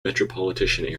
metropolitan